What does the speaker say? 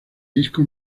disco